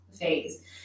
phase